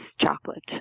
chocolate